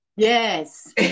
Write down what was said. Yes